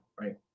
right